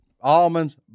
almonds